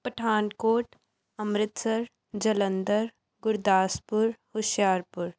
Pathankot Amritsar Jalandhar Gurdaspur Hoshiarpur